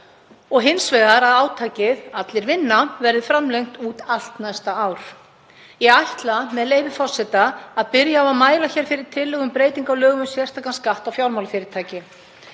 og hins vegar að átakið Allir vinna verði framlengt út allt næsta ár. Ég ætla, með leyfi forseta, að byrja á að mæla hér fyrir tillögu um breytingu á lögum um sérstakan skatt á fjármálafyrirtæki